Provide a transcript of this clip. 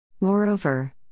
Moreover